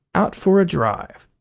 out for a drive.